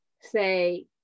say